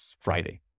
Friday